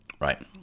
right